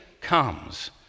comes